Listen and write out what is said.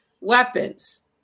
weapons